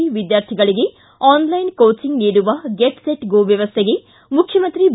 E ವಿದ್ಯಾರ್ಥಿಗಳಿಗೆ online coaching ನೀಡುವ get set go ವ್ಚವಸ್ಥೆಗೆ ಮುಖ್ಚಮಂತ್ರಿ ಬಿ